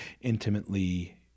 intimately